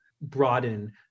broaden